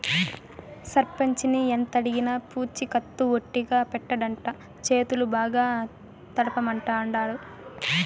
సర్పంచిని ఎంతడిగినా పూచికత్తు ఒట్టిగా పెట్టడంట, చేతులు బాగా తడపమంటాండాడు